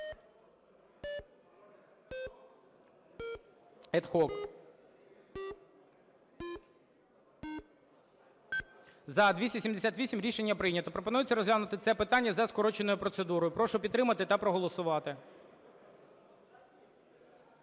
За-278 Рішення прийнято. Пропонується розглянути це питання за скороченою процедурою. Прошу підтримати та проголосувати.